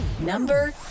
number